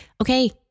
Okay